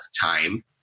time